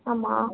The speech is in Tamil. ஆமாம்